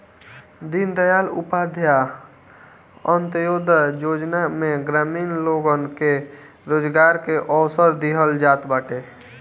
दीनदयाल उपाध्याय अन्त्योदय योजना में ग्रामीण लोगन के रोजगार के अवसर देहल जात बाटे